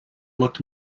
looked